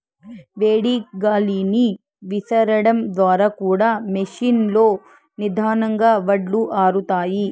వేడి గాలిని విసరడం ద్వారా కూడా మెషీన్ లో నిదానంగా వడ్లు ఆరుతాయి